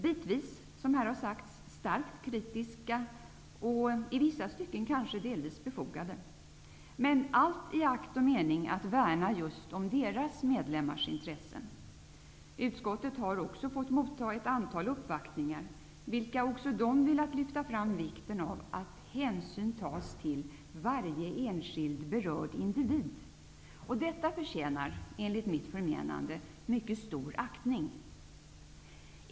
Bitvis har de varit starkt kritiska, och i vissa stycken har kritiken varit befogad -- men allt har skett i akt och mening att värna just deras medlemmars intressen. Utskottet har även fått motta ett antal uppvaktningar, vilka också de velat lyfta fram vikten av att hänsyn tas till varje enskild berörd individ. Detta förtjänar, enligt mitt förmenande, mycket stor aktning.